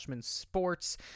Sports